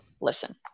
listen